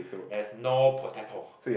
there is no potato